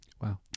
wow